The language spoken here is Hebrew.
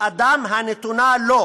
אדם הנתונה לו.